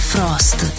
Frost